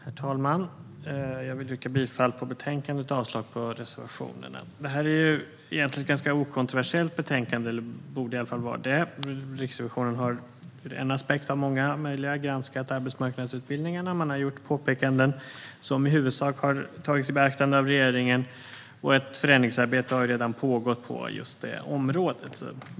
Herr talman! Jag vill yrka bifall till förslaget i betänkandet och avslag på reservationerna. Det här är egentligen ett okontroversiellt betänkande - eller borde i alla fall vara det. Riksrevisionen har ur en aspekt av många möjliga granskat arbetsmarknadsutbildningarna. Riksrevisionen har gjort påpekanden som i huvudsak har beaktats av regeringen, och ett förändringsarbete har redan pågått på området.